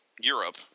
Europe